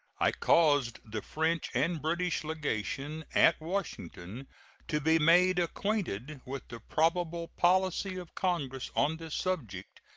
i caused the french and british legations at washington to be made acquainted with the probable policy of congress on this subject,